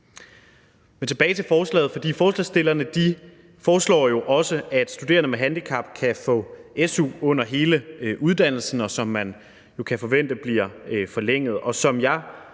Men tilbage til forslaget, for forslagsstillerne foreslår jo også, at studerende med handicap kan få su under hele uddannelsen, som man jo kan forvente bliver forlænget,